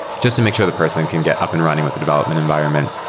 just to make sure the person can get up and running with the development environment.